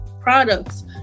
products